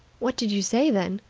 what did you say then?